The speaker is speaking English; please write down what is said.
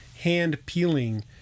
hand-peeling